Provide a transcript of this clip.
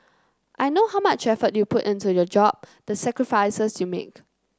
I know how much effort you put into your job the sacrifices you make